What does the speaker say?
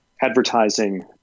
advertising